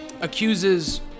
accuses